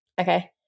Okay